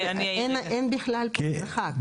אין בכלל מרחק.